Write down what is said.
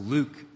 Luke